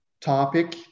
topic